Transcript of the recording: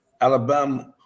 Alabama